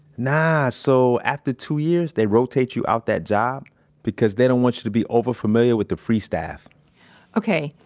nah, so after two years, they rotate you out that job because they don't want you to be overfamiliar with the free staff okay,